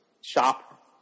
shop